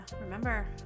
remember